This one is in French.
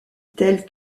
telles